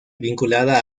vinculada